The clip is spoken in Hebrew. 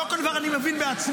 לא כל דבר אני מבין בעצמי.